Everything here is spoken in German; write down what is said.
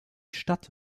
stadt